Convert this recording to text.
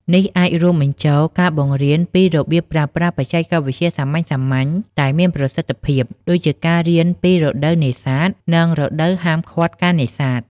នេះអាចរួមបញ្ចូលការបង្រៀនពីរបៀបប្រើប្រាស់បច្ចេកវិទ្យាសាមញ្ញៗ តែមានប្រសិទ្ធភាព ដូចជា ការរៀនពីរដូវនេសាទ និងរដូវហាមឃាត់ការនេសាទ។